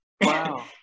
Wow